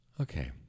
okay